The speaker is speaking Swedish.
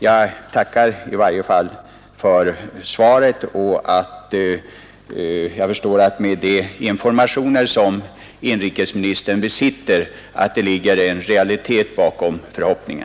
Jag tackar i varje fall för svaret, och jag förstår att det med de informationer som inrikesministern besitter ligger en realitet bakom förhoppningen.